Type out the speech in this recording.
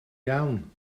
iawn